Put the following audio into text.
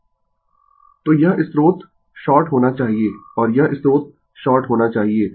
Refer Slide Time 0820 तो यह स्रोत शॉर्ट होना चाहिए और यह स्रोत शॉर्ट होना चाहिए